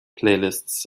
playlists